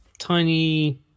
tiny